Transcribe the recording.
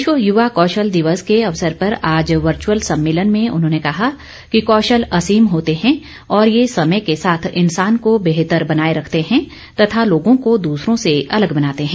विश्व यूवा कौशल दिवस के अवसर पर आज वर्चुअल सम्मेलन में उन्होंने कहा कि कौशल असीम होते हैं और यह समय के साथ इंसान को बेहतर बनाए रखते हैं तथा लोगों को दूसरों से अलग बनाते हैं